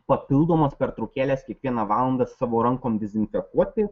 papildomas pertraukėles kiekvieną valandą savo rankom dezinfekuoti